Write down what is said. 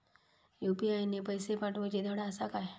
UPI ने पैशे पाठवूचे धड आसा काय?